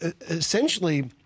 essentially